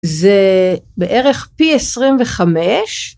זה בערך פי עשרים וחמש.